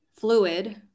Fluid